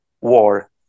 war